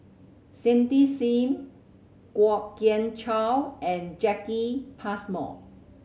Cindy Sim Kwok Kian Chow and Jacki Passmore